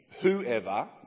whoever